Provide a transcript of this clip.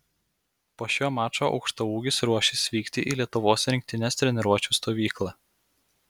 po šio mačo aukštaūgis ruošis vykti į lietuvos rinktinės treniruočių stovyklą